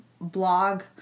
blog